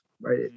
right